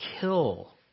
kill